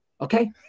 Okay